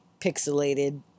pixelated